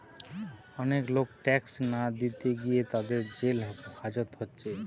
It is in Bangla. অনেক লোক ট্যাক্স না দিতে গিয়ে তাদের জেল হাজত হচ্ছে